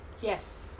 Yes